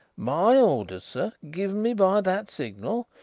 my orders, sir, given me by that signal,